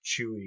chewy